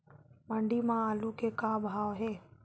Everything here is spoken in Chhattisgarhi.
मंडी म आलू के का भाव हे?